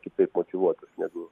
kitaip motyvuotas negu